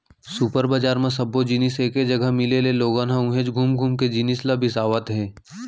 super बजार म सब्बो जिनिस एके जघा मिले ले लोगन ह उहेंच घुम घुम के जिनिस ल बिसावत हे